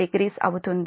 870 అవుతుంది